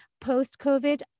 Post-COVID